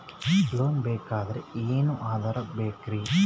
Loan ಬೇಕಾದ್ರೆ ಏನೇನು ಆಧಾರ ಬೇಕರಿ?